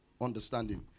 understanding